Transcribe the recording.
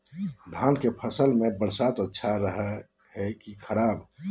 धान के फसल में बरसात अच्छा रहो है कि खराब?